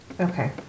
Okay